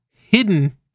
hidden